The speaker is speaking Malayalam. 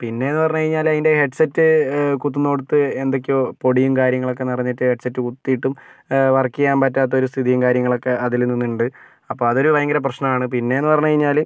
പിന്നെയെന്ന് പറഞ്ഞു കഴിഞ്ഞാൽ അതിൻ്റെ ഹെഡ് സെറ്റ് കുത്തുന്നിടത്ത് എന്തൊക്കെയോ പൊടിയും കാര്യങ്ങളൊക്കെ നിറഞ്ഞിട്ട് ഹെഡ് സെറ്റ് കുത്തിയിട്ടും വർക്ക് ചെയ്യാൻ പറ്റാത്തൊരു സ്ഥിതിയും കാര്യങ്ങളൊക്കെ അതിൽ നിന്നുണ്ട് അപ്പോൾ അതൊരു ഭയങ്കര പ്രശ്നമാണ് പിന്നെയെന്ന് പറഞ്ഞു കഴിഞ്ഞാൽ